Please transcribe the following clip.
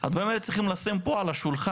את הדברים האלה צריך לשים פה על השולחן,